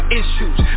issues